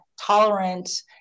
tolerant